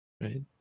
right